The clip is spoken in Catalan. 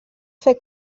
fer